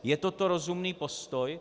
Je toto rozumný postoj?